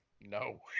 No